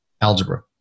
algebra